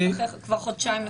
כבר חודשיים לפחות.